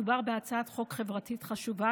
מדובר בהצעת חוק חברתית חשובה.